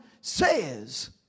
says